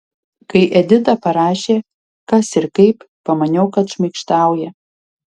kai edita parašė kas ir kaip pamaniau kad šmaikštauja